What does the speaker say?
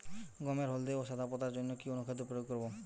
গমের হলদে ও সাদা পাতার জন্য কি অনুখাদ্য প্রয়োগ করব?